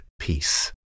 Peace